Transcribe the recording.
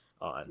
on